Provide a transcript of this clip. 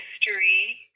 history